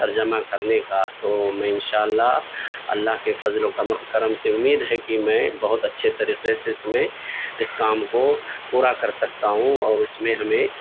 ترجمہ کر نے کا تو میں ان شاء اللہ اللہ کے فضل و کرم سے امید ہے کہ میں بہت اچھے طریقے سے اس میں اس کام کوپورا کر سکتا ہوں اور اس میں ہمیں